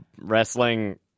wrestling